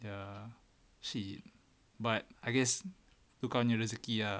ya see but I guess tu kau punya rezeki ah